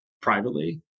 privately